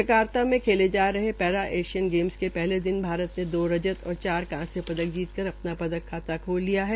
Jakarta में खेले जा रहे पैरा एशियन गेम्स के हले दिन भारत ने रजत और चांर कांस्य दक जीतकर अ ना खाता खोल लिया है